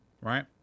right